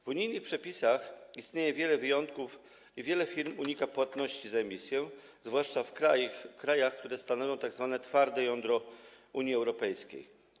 W unijnych przepisach istnieje wiele wyjątków i wiele firm unika płatności za emisję, zwłaszcza w krajach, które stanowią tzw. twarde jądro Unii Europejskiej.